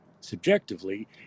subjectively